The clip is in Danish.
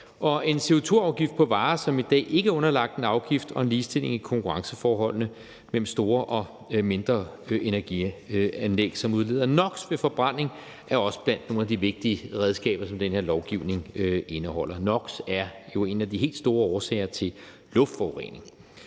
en CO2-afgift på varer, som i dag ikke er underlagt en afgift, og en ligestilling af konkurrenceforholdene mellem store og mindre energianlæg, som udleder NOx ved forbrænding, er også blandt nogle af de vigtige redskaber, som det her lovforslag indeholder; NOx er jo en af de helt store årsager til luftforurening.